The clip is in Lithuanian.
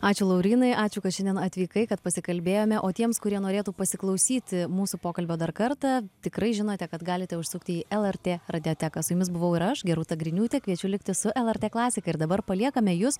ačiū laurynai ačiū kad šiandien atvykai kad pasikalbėjome o tiems kurie norėtų pasiklausyti mūsų pokalbio dar kartą tikrai žinote kad galite užsukti į lrt radioteką su jumis buvau ir aš gerūta griniūtė kviečiu likti su lrt klasika ir dabar paliekame jus